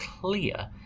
clear